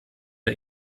der